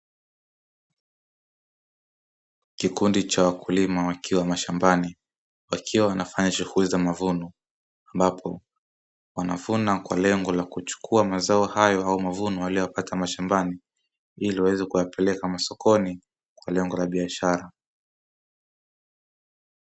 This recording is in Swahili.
Kikundi cha wakulima wakiwa mashambani wakiwa wanafanya shughuli za mavuno ambapo wanavuna kwa lengo la kuchukua mazao hayo au mavuno waliyoyapata mashambani, ili waweze kuyapeleka masokoni kwa lengo la biashara.